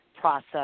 process